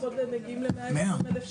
הם מגיעים ל-120,000 שקלים.